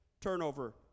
turnover